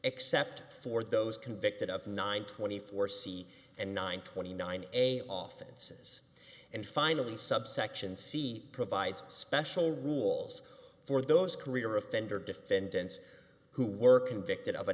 except for those convicted of nine twenty four c and nine twenty nine a offices and finally subsection c provides special rules for those career offender defendants who work convicted of a